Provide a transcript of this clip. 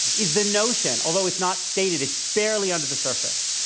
is the notion, although it's not stated. it's fairly under the surface,